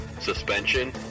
suspension